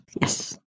yes